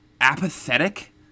apathetic